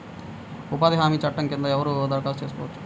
ఉపాధి హామీ చట్టం కింద ఎవరు దరఖాస్తు చేసుకోవచ్చు?